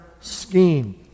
scheme